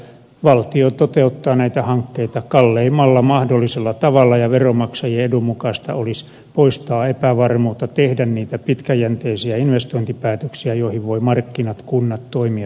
valtio toteuttaa näitä hankkeita kalleimmalla mahdollisella tavalla ja veronmaksajien edun mukaista olisi poistaa epävarmuutta tehdä niitä pitkäjänteisiä investointipäätöksiä joihin voivat markkinat kunnat toimijat luottaa